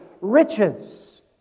riches